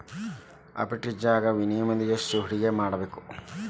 ಆರ್ಬಿಟ್ರೆಜ್ನ್ಯಾಗ್ ಮಿನಿಮಮ್ ಯೆಷ್ಟ್ ಹೂಡ್ಕಿಮಾಡ್ಬೇಕ್?